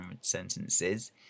sentences